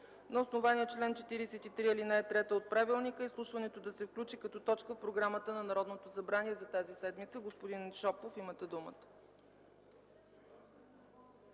На основание чл. 43, ал. 3 от правилника изслушването да се включи като точка в програмата на Народното събрание за тази седмица. Господин Шопов, имате думата.